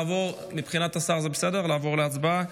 מבחינת השר זה בסדר לעבור להצבעה?